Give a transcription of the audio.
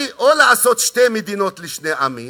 הרי צריך לעשות או שתי מדינות לשני עמים